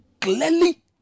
clearly